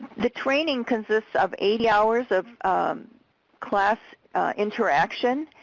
the training consists of eighty hours of class interaction,